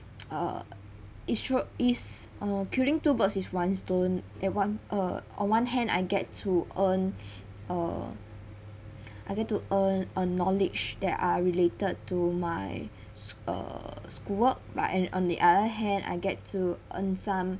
uh is tru~ is uh killing two birds with one stone at one uh on one hand I get to earn uh I get to earn a knowledge that are related to my sch~ err school work but and on the other hand I get to earn some